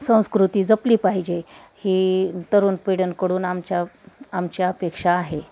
संस्कृती जपली पाहिजे ही तरुण पिढ्यांकडून आमच्या आमची अपेक्षा आहे